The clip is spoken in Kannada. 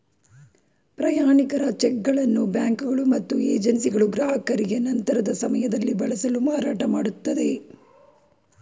ಪ್ರಯಾಣಿಕರ ಚಿಕ್ಗಳನ್ನು ಬ್ಯಾಂಕುಗಳು ಮತ್ತು ಏಜೆನ್ಸಿಗಳು ಗ್ರಾಹಕರಿಗೆ ನಂತರದ ಸಮಯದಲ್ಲಿ ಬಳಸಲು ಮಾರಾಟಮಾಡುತ್ತದೆ